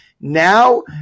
now